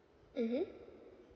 mmhmm